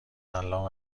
الان